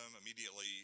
immediately